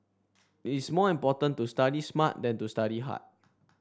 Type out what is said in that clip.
it is more important to study smart than to study hard